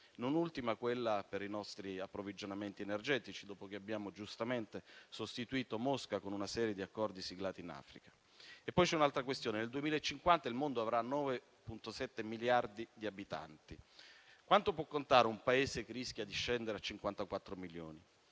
non ultima quella per i nostri approvvigionamenti energetici, dopo che abbiamo giustamente sostituito Mosca con una serie di accordi siglati in Africa. Poi c'è un'altra questione: nel 2050 il mondo avrà 9,7 miliardi di abitanti. Quanto può contare un Paese che rischia di scendere a 54 milioni?